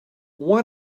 why